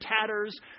tatters